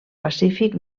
pacífic